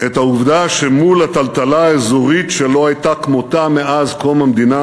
את העובדה שמול הטלטלה האזורית שלא הייתה כמותה מאז קום המדינה,